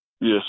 Yes